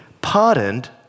pardoned